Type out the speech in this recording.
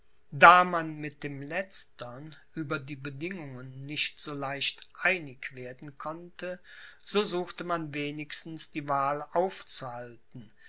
da man mit dem letztern über die bedingungen nicht so leicht einig werden konnte so suchte man wenigstens die wahl aufzuhalten